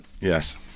Yes